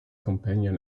companion